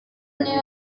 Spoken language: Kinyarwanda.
niwe